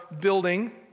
building